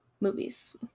movies